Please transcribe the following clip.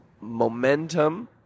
momentum